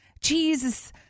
Jesus